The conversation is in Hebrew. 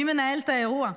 מי מנהל את האירוע?